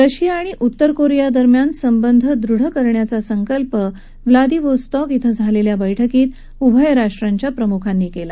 Russia आणि उत्तर Korea दरम्यान संबंध दृढ करण्याचा संकल्प व्लादिवोस्तोक श्वे झालखि बळकीत उभय राष्ट्रांच्या प्रमुखांनी कला